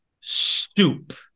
Stoop